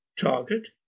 target